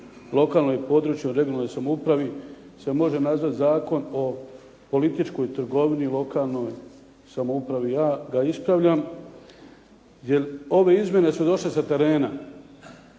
lokalnoj i područnoj (regionalnoj) samoupravi se može nazvati zakona o političkoj trgovini lokalnoj samoupravi. Ja ga ispravljam jer ove izmjene su došle sa terena.